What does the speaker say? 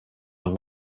are